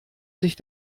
sich